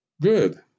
Good